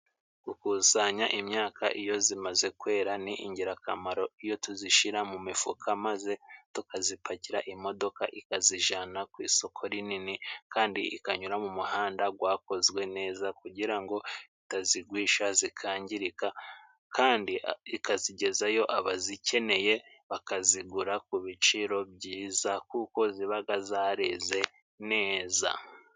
Gukusanya imyaka iyo zimaze kwera ni ingirakamaro. Iyo tuzishira mu mifuka maze tukazipakira imodoka, ikazijana ku isoko rinini kandi ikanyura mu muhanda gwakozwe neza, kugira ngo itazigwisha zikangirika kandi ikazigezayo, abazikeneye bakazigura ku biciro byiza kuko zibaga zareze neza.